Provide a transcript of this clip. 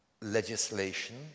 legislation